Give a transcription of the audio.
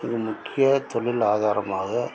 இது முக்கிய தொழில் ஆதாரமாக